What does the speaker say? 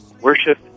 Worship